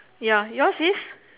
ya yours is